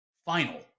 final